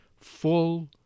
full